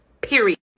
Period